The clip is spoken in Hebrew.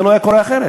זה לא היה קורה אחרת,